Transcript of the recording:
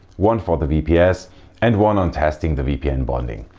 one for the vps and one on testing the vpn bonding.